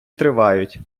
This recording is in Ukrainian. тривають